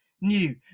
new